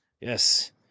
Yes